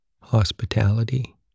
hospitality